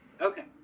Okay